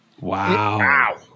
Wow